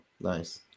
nice